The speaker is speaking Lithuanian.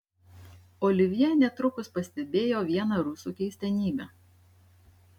olivjė netrukus pastebėjo vieną rusų keistenybę